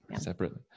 Separately